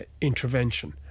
intervention